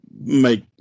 make